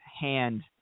hand